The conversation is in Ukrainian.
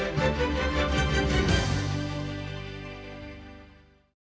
Дякую